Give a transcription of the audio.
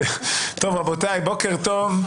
רבותיי, בוקר טוב,